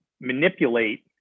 manipulate